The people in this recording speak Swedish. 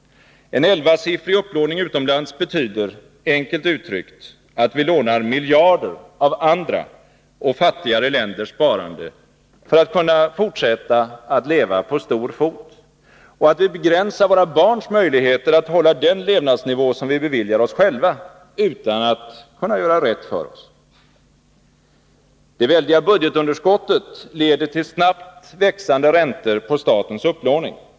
En elvasiffrig upplåning utomlands betyder — enkelt uttryckt — att vi lånar miljarder av andra och fattigare länders sparande för att kunna fortsätta att leva på stor fot och att vi begränsar våra barns möjligheter att hålla den levnadsnivå som vi beviljar oss själva utan att kunna göra rätt för oss. Det väldiga budgetunderskottet leder till snabbt växande räntor på statens upplåning.